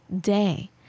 day